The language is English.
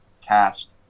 cast